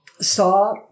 saw